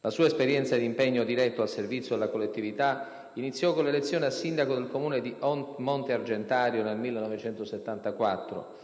La sua esperienza e l'impegno diretto al servizio della collettività iniziò con l'elezione a Sindaco del Comune di Monte Argentario nel 1974.